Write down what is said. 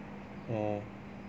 oh